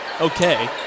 okay